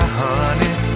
honey